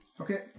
Okay